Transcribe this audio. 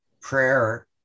prayer